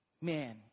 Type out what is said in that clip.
man